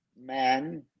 man